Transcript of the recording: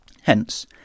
Hence